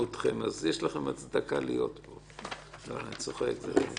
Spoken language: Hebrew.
לראות האם יש לכך הצדקה בראי עקרונות השוויון,